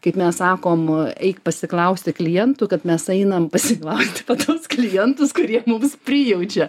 kaip mes sakom eik pasiklausti klientų kad mes einam pasiklausti pas tuos klientus kurie mums prijaučia